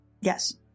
Yes